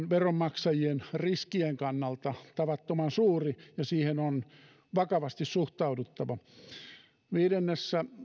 veronmaksajien riskien kannalta tavattoman suuria ja niihin on suhtauduttava vakavasti viidennessä